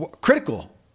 critical